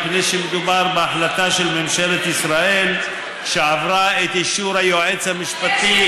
מפני שמדובר בהחלטה של ממשלת ישראל שעברה את אישור היועץ המשפטי.